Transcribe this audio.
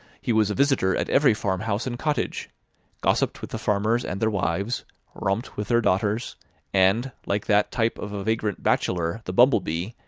he was a visitor at every farmhouse and cottage gossiped with the farmers and their wives romped with their daughters and, like that type of a vagrant bachelor, the bumblebee,